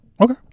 Okay